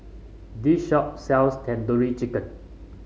this shop sells Tandoori Chicken